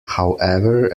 however